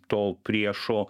tol priešo